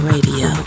Radio